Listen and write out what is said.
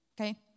okay